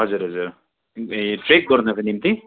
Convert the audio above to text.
हजुर हजुर ए ट्रेक गर्नको निम्ति